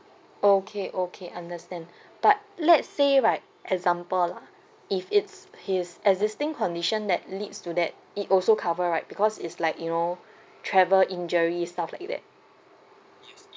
okay okay understand but let's say like example lah if it's his existing condition that leads to that it also cover right because it's like you know travel injury stuff like that